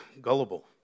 gullible